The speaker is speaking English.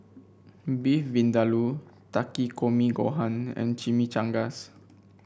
Beef Vindaloo Takikomi Gohan and Chimichangas